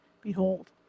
Behold